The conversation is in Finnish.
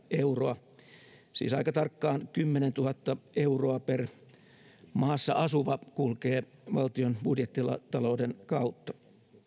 euroa siis aika tarkkaan kymmenentuhatta euroa per maassa asuva kulkee valtion budjettitalouden kautta